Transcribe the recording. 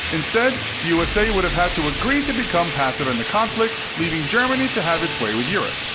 instead the usa would have had to agree to become passive in the conflict, leaving germany to have its way with europe.